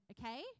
okay